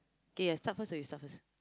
k I start first or you start first